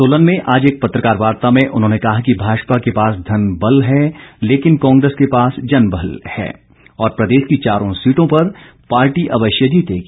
सोलन में आज एक पत्रकार वार्ता में उन्होंने कहा कि भाजपा के पास धनबल है लेकिन कांग्रेस के पास जनबल है और प्रदेश की चारों सीटों पर पार्टी अवश्य जीतेगी